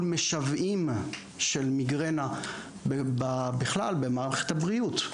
משוועים של מיגרנה בכלל במערכת הבריאות.